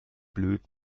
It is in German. blöd